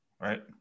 right